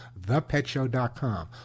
thepetshow.com